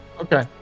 Okay